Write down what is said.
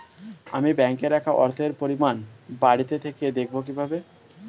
আমি ব্যাঙ্কে রাখা অর্থের পরিমাণ বাড়িতে থেকে দেখব কীভাবে?